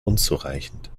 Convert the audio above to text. unzureichend